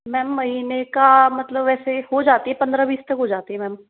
ma'am महीने का मतलब वैसे हो जाती है पंद्रह बीस तक हो जाती है मैम